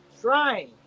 trying